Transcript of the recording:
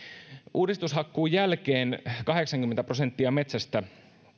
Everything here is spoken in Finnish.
uudistushakkuun jälkeen kahdeksankymmentä prosenttia metsästä